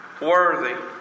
Worthy